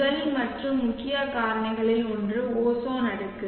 முதல் மற்றும் முக்கிய காரணிகளில் ஒன்று ஓசோன் அடுக்கு